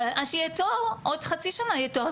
ועד שיהיה תור עוד חצי שנה יהיה תור,